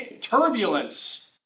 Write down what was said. Turbulence